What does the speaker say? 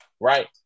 right